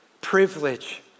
Privilege